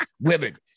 women